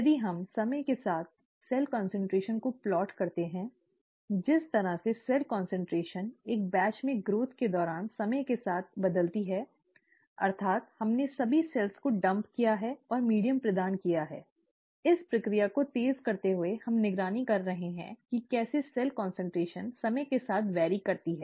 यदि हम समय के साथ सेल कान्सन्ट्रेशन को प्लॉट करते हैं जिस तरह से सेल कान्सन्ट्रेशन एक बैच में ग्रोथ के दौरान समय के साथ बदलती है अर्थात् हमने सभी कोशिकाओं को डंप किया है और मीडियम प्रदान किया है इस प्रक्रिया को तेज करते हुए और हम निगरानी कर रहे हैं कि कैसे सेल कान्सन्ट्रेशन समय के साथ बदलता रहता है